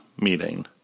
meeting